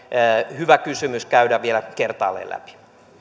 hyvä kysymys käydä vielä kertaalleen läpi